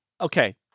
okay